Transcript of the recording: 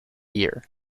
year